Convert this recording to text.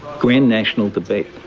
grand national debate,